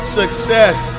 success